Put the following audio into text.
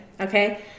Okay